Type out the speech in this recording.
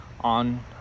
on